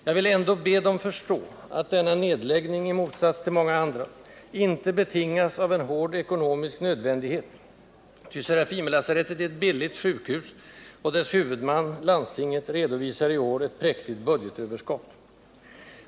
Jag vill ändå be dem förstå att denna nedläggning, i motsats till många andra, icke betingas av en hård ekonomisk nödvändighet, ty Serafimerlasarettet är ett billigt sjukhus och dess huvudman, landstinget, redovisar i år ett präktigt budgetöverskott.